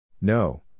No